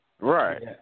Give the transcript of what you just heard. Right